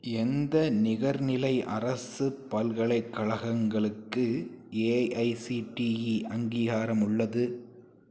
எந்த நிகர்நிலை அரசு பல்கலைக்கழகங்களுக்கு ஏஐசிடிஇ அங்கீகாரம் உள்ளது